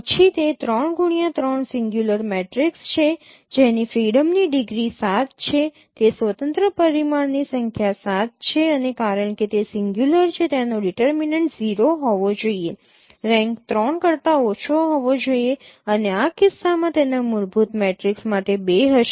પછી તે 3X3 singular matrix છે જેની ફ્રીડમ ની ડિગ્રી ૭ છે તે સ્વતંત્ર પરિમાણની સંખ્યા ૭ છે અને કારણ કે તે સિંગ્યુંલર છે તેનો ડિટરમીનેન્ટ 0 હોવો જોઈએ રેન્ક 3 કરતા ઓછો હોવો જોઈએ અને આ કિસ્સામાં તેના મૂળભૂત મેટ્રિક્સ માટે 2 હશે